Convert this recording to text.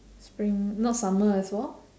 spring not summer as well